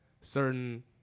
certain